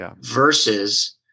versus